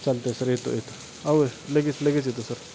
चालत आहे सर येतो येतो हो लगेच लगेच येतो सर